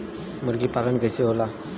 मुर्गी पालन कैसे होला?